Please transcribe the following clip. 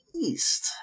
east